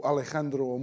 Alejandro